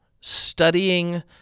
studying